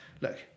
look